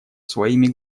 своими